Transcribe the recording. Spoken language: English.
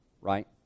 right